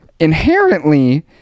inherently